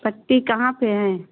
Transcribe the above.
पट्टी कहाँ पर है